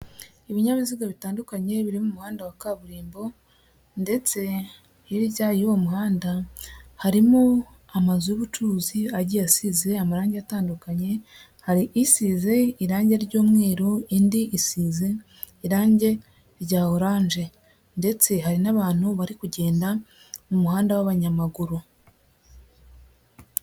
Ibinyabiziga bitandukanye biri mu umuhanda wa kaburimbo ndetse hirya y'uwo muhanda harimo amazu y'ubucuruzi agiye asize amarangi atandukanye, hari isize irangi ry'umweru, indi isize irangi rya oranje ndetse hari n'abantu bari kugenda mu muhanda w'abanyamaguru.